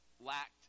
lacked